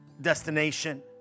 destination